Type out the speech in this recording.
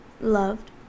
loved